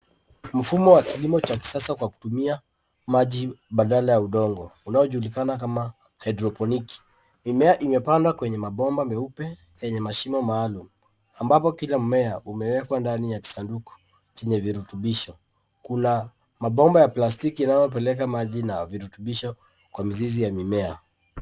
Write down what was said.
Mfumo wa kilimo cha kisasa kwa kutumia maji badala ya udongo unaojulikana kama haidroponiki. Mimea imepandwa kwenye mabomba meupe yenye mashimo maalum ambapo kila mmea umewekwa ndani ya kisanduku chenye virutubisho. Kuna mabomba ya plastiki inayopeleka maji na virutubisho kwa mizizi ya mimea.